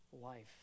life